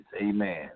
Amen